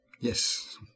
Yes